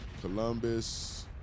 Columbus